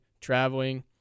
traveling